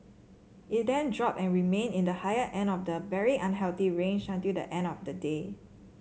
it then dropped and remained in the higher end of the very unhealthy range until the end of the day